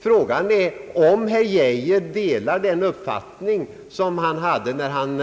Frågan är om herr Geijer delar den uppfattning han hade när han